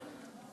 לא?